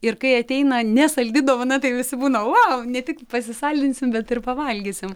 ir kai ateina nesaldi dovana tai visi būna vau ne tik pasisaldinsim bet ir pavalgysim